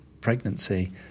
pregnancy